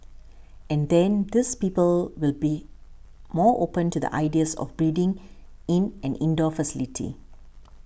and then these people will be more open to the ideas of breeding in an indoor facility